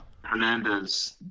Hernandez